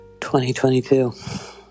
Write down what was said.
2022